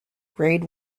grade